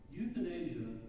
euthanasia